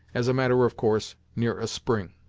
as a matter of course, near a spring.